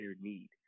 need